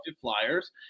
Flyers